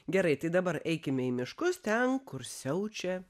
gerai tai dabar eikime į miškus ten kur siaučia